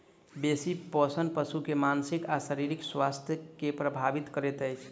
बेसी शोषण पशु के मानसिक आ शारीरिक स्वास्थ्य के प्रभावित करैत अछि